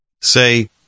Say